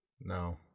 No